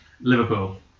Liverpool